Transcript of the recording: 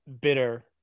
Bitter